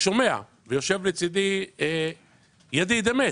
ויושב לידי ידיד אמת,